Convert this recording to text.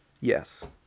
Yes